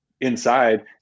inside